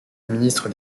ministre